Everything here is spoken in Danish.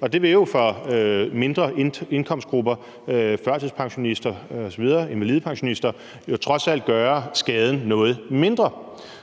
med mindre indtægter – førtidspensionister, invalidepensionister osv. – trods alt gøre skaden noget mindre.